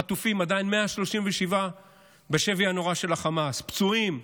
חטופים, עדיין 137 בשבי הנורא של החמאס, פצועים,